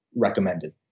recommended